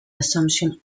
assumption